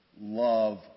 Love